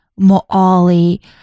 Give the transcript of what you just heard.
Moali